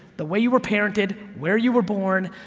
the way you were parented, where you were born,